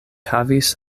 havis